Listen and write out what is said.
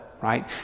right